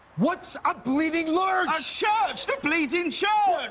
what say ah bleeding lurch. a church, the bleeding churn.